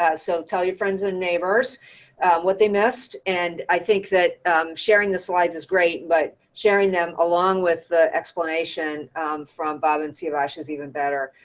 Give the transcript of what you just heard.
ah so tell your friends and neighbors what they missed. and i think that sharing the slides is great but sharing them along with the explanation from bob and siavash is even better.